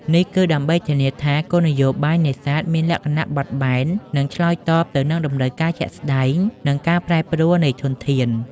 នេះគឺដើម្បីធានាថាគោលនយោបាយនេសាទមានលក្ខណៈបត់បែន និងឆ្លើយតបទៅនឹងតម្រូវការជាក់ស្តែង និងការប្រែប្រួលនៃធនធាន។